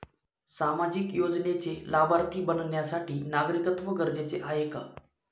सामाजिक योजनेचे लाभार्थी बनण्यासाठी नागरिकत्व गरजेचे आहे का?